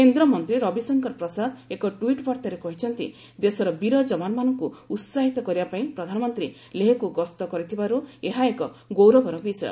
କେନ୍ଦ୍ରମନ୍ତ୍ରୀ ରବିଶଙ୍କର ପ୍ରସାଦ ଏକ ଟ୍ୱିଟ୍ ବାର୍ତ୍ତାରେ କହିଛନ୍ତି ଦେଶର ବୀର ଯବାନମାନଙ୍କୁ ଉହାହିତ କରିବାପାଇଁ ପ୍ରଧାନମନ୍ତ୍ରୀ ଲେହ୍କୁ ଗସ୍ତ କରିଥିବାର୍ ଏହା ଏକ ଗୌରବର ବିଷୟ